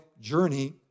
journey